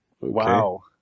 Wow